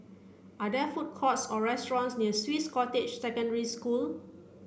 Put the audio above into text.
are there food courts or restaurants near Swiss Cottage Secondary School